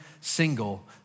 Single